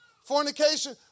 fornication